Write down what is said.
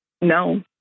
No